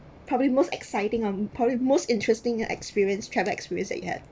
probably most exciting on probably most interesting experience travel experience that you have